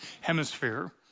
hemisphere